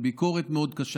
עם ביקורת מאוד קשה.